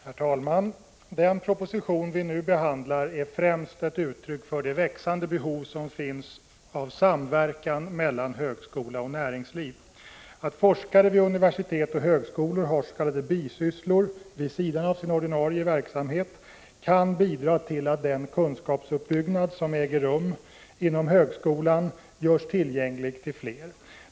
Herr talman! Den proposition som vi nu behandlar är främst ett uttryck för det växande behov som finns av samverkan mellan högskola och näringsliv. Att forskare vid universitet och högskolor har s.k. bisysslor vid sidan av sin ordinarie verksamhet kan bidra till att den kunskapsuppbyggnad som äger rum inom högskolan görs tillgänglig för fler.